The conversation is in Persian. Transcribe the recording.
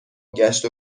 گشت